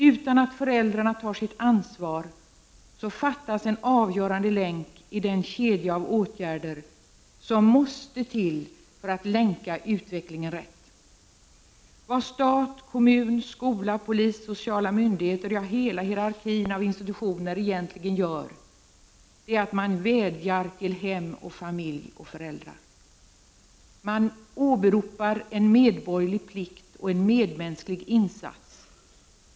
Utan föräldrarnas ansvar fattas en avgörande länk i den kedja av åtgärder som måste till för att länka utvecklingen rätt. Vad stat, kommun, skola, polis, sociala myndigheter, ja, hela hierarkin av institutioner egentligen gör är att man vädjar till hem, familj och föräldrar. Man åberopar en medborgerlig plikt och en medmänsklig insats.